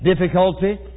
difficulty